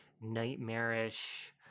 Nightmarish